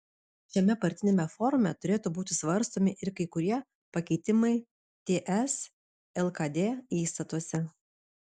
šiame partiniame forume turėtų būti svarstomi ir kai kurie pakeitimai ts lkd įstatuose